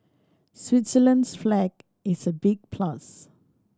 Switzerland's flag is a big plus